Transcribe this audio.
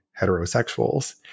heterosexuals